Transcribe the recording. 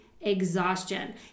exhaustion